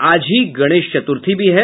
आज ही गणेश चतुर्थी भी है